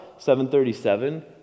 737